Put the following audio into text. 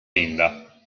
linda